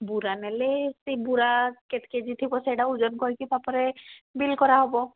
ବୁରା ନେଲେ ସେ ବୁରା କେତେ କେଜି ଥିବ ସେଇଟା ଓଜନ କରିକି ତା'ପରେ ବିଲ୍ କରାହେବ